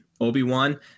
Obi-Wan